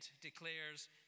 declares